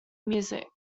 music